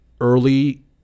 early